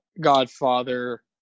Godfather